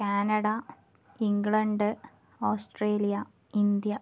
Canada England Australia India